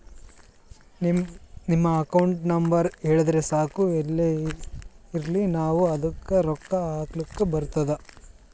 ನಿಮ್ದು account number ಹೇಳುರು ಸಾಕ್ ಎಲ್ಲೇ ಇರ್ಲಿ ನಾವೂ ಅದ್ದುಕ ರೊಕ್ಕಾ ಹಾಕ್ಲಕ್ ಬರ್ತುದ್